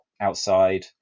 outside